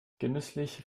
genüsslich